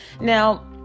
now